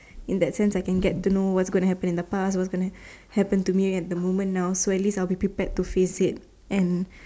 in that sense I can get to know what's going to happen in the past what's going to happen to me at the moment now so at least I will be prepared to faced it and